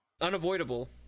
unavoidable